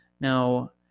Now